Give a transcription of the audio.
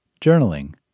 Journaling